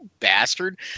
bastard